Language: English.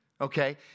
okay